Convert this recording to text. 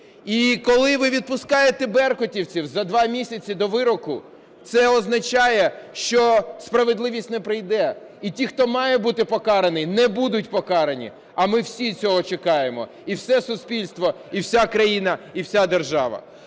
І коли ви відпускаєте беркутівців за два місяці до вироку, це означає, що справедливість не прийде, і ті, хто має бути покараний, не будуть покарані. А ми всі цього чекаємо: і все суспільство, і вся країна, і вся держава.